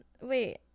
Wait